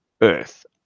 earth